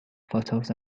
photos